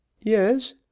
Yes